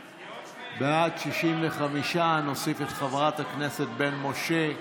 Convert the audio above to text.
בעד, 65. נוסיף את חברת הכנסת בן משה.